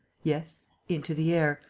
yes, into the air,